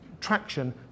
traction